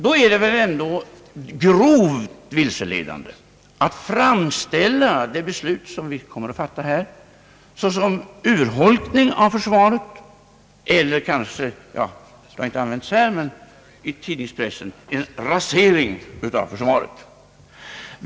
Då är det väl ändå grovt vilseledande att framställa det beslut, som vi kommer att fatta här, som en urholkning av försvaret eller kanske — det uttrycket har inte använts här men i tidningspressen — som en rasering av försvaret.